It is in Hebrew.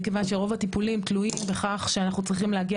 מכיוון שרוב הטיפוליים תלויים בכך שאנחנו צריכים להגיע